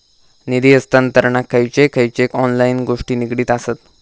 निधी हस्तांतरणाक खयचे खयचे ऑनलाइन गोष्टी निगडीत आसत?